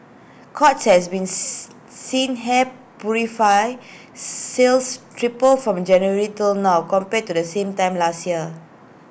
courts has beans seen hair purifier sales triple from January till now compared to the same time last year